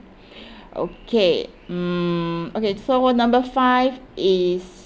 okay mm okay so number five is